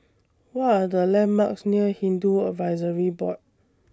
What Are The landmarks near Hindu Advisory Board